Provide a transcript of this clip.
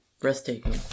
breathtaking